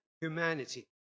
humanity